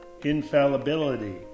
infallibility